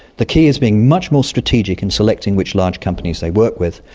the key is being much more strategic in selecting which large companies they work with,